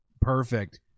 Perfect